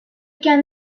qu’un